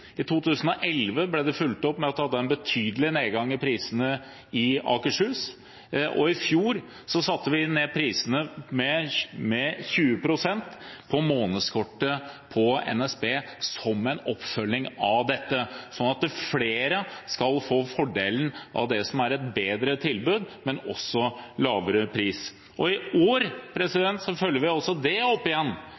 I 2011 ble det fulgt opp med en betydelig nedgang i prisene i Akershus, og i fjor satte vi ned prisene med 20 pst. på månedskortet for NSB, som en oppfølging av dette, slik at flere skal få fordelen av et bedre tilbud, men også få en lavere pris. I år